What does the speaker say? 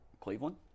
Cleveland